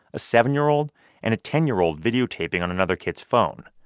a seven year old and a ten year old videotaping on another kid's phone.